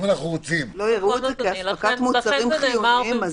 לא יראו מזון כאספקת מוצרים חיוניים?